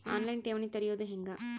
On line ಠೇವಣಿ ತೆರೆಯೋದು ಹೆಂಗ?